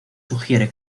sugiere